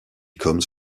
comes